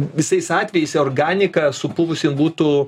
visais atvejais organika supuvus jin būtų